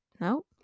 no